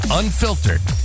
unfiltered